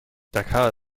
dakar